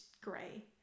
gray